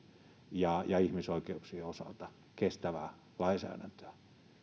ja ja ihmisoikeuksien osalta kestävää lainsäädäntöä